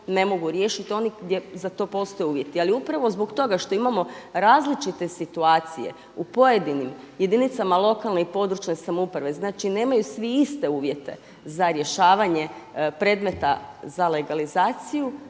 ne mogu riješiti oni gdje za to postoje uvjeti. Ali upravo zbog toga što imamo različite situacije u pojedinim jedinicama lokalne i područne samouprave, znači nemaju svi iste uvjete za rješavanje predmeta za legalizaciju